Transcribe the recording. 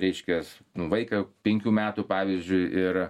reiškias nu vaiką jau penkių metų pavyzdžiui ir